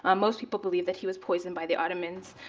um most people believe that he was poisoned by the ottomans.